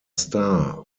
star